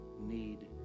need